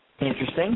Interesting